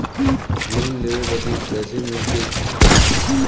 Loan लेवे बदी कैसे मिले के पड़ी?